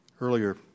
Earlier